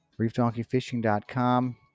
ReefDonkeyFishing.com